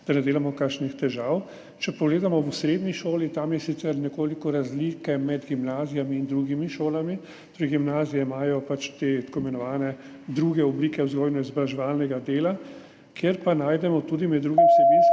da ne delamo kakšnih težav. Če pogledamo v srednji šoli, tam je sicer nekaj razlike med gimnazijami in drugimi šolami, torej gimnazije imajo pač te tako imenovane druge oblike vzgojno-izobraževalnega dela, kjer pa najdemo tudi med drugim